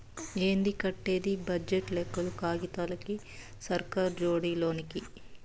ఏంది కట్టేది బడ్జెట్ లెక్కలు కాగితాలకి, సర్కార్ జోడి లోకి